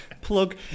Plug